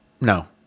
No